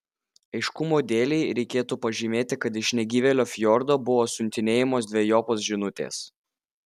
aiškumo dėlei reikėtų pažymėti kad iš negyvėlio fjordo buvo siuntinėjamos dvejopos žinutės